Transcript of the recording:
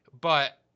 But-